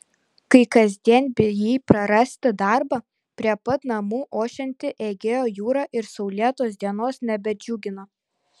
kai kasdien bijai prarasti darbą prie pat namų ošianti egėjo jūra ir saulėtos dienos nebedžiugina